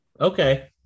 Okay